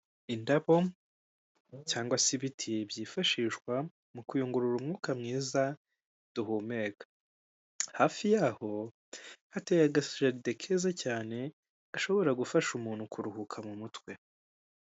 Indabo cyangwa se ibiti byifashishwa mu kuyungurura umwuka mwiza duhumeka, hafi yaho hateye akajaride keza cyane ga ashobora gufasha umuntu kuruhuka mu mutwe.